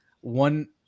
one